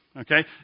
okay